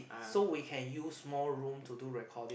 so we can use more room to do recording